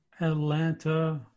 Atlanta